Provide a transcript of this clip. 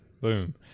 Boom